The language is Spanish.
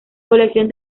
colección